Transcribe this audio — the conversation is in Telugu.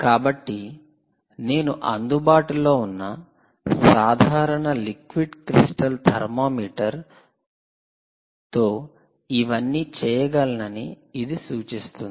కాబట్టి నేను అందుబాటులో ఉన్న సాధారణ లిక్విడ్ క్రిస్టల్ థర్మామీటర్ లతో ఇవన్నీ చేయగలనని ఇది సూచిస్తుంది